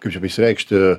kaip čia beišsireikšti